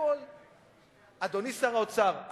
אדוני שר האוצר?